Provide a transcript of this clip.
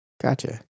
Gotcha